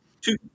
Two